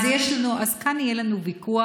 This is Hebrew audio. אז כאן יהיה לנו ויכוח.